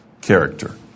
character